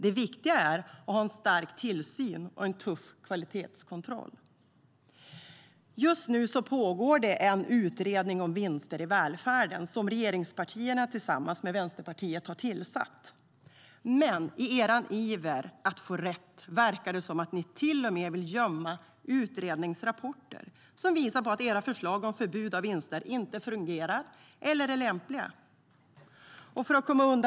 Det viktiga är att ha en stark tillsyn och tuff kvalitetskontroll. Just nu pågår det en utredning om vinster i välfärden som regeringspartierna tillsammans med Vänsterpartiet tillsatt. Men i er iver att få rätt verkar det som om ni till och med vill gömma utredningsrapporter som visar på att era förslag om förbud mot vinster inte fungerar eller är lämpliga.